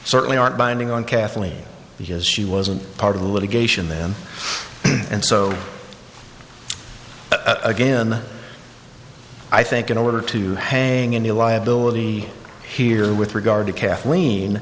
certainly aren't binding on kathleen because she wasn't part of the litigation then and so again i think in order to hang in the liability here with regard to kathleen